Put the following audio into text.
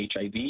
HIV